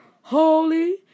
holy